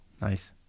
Nice